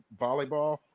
volleyball